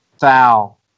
foul